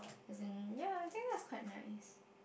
as in ya I think that's quite nice